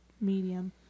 medium